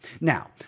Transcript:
Now